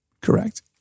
Correct